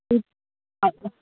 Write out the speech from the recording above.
ம் அதான்